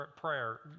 prayer